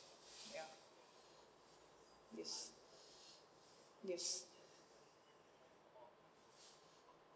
ya yes yes